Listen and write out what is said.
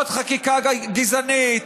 עוד חקיקה גזענית,